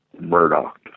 Murdoch